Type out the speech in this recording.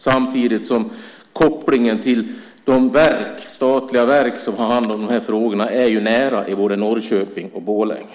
Samtidigt är ju kopplingen till de statliga verk som har hand om frågorna nära i både Norrköping och Borlänge.